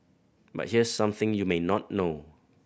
but here's something you may not know